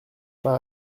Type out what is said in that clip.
pas